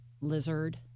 lizard